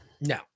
no